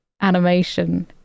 animation